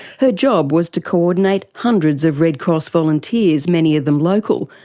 her job was to coordinate hundreds of red cross volunteers, many of them local,